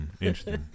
interesting